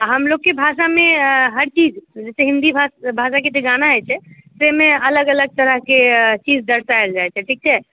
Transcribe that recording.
आ हमलोगके भाषामे हरचीज जे छै हिन्दी भाषाके जे गाना होइत छै ताहिमे अलग अलग तरहके चीज दर्शायल जाइत छै ठीक छै